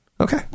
Okay